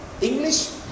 English